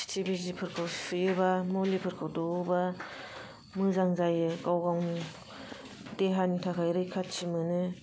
थिथि बिजिफोरखौ सुयोबा मुलिफोरखौ दौवोबा मोजां जायो गाव गावनि देहानि थाखाय रैखाथि मोनो